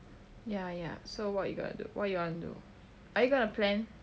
ya ya so what you gonna do what you wanna do are you gonna plan